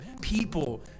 people